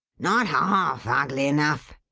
not half ugly enough,